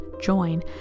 join